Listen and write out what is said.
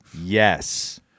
Yes